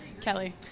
Kelly